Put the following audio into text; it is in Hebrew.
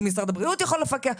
אם משרד הבריאות יכול לפקח.